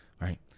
right